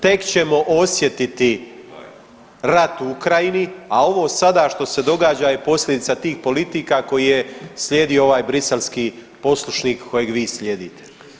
Tek ćemo osjetiti rat u Ukrajini, a ovo sada što se događa je posljedica tih politika koje je slijedio ovaj briselski poslušnik kojeg vi slijedite.